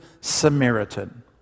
Samaritan